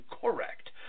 correct